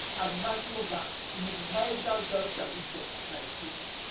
and natural gas in the niger-delta region of nigeria